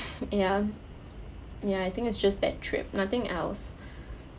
ya ya I think it's just that trip nothing else